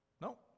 no